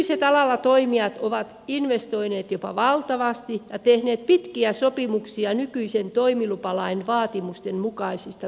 nykyiset alalla toimijat ovat investoineet jopa valtavasti ja tehneet pitkiä sopimuksia nykyisen toimilupalain vaatimusten mukaisista toimitiloista